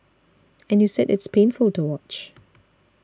and you said it's painful to watch